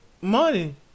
money